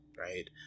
right